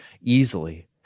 easily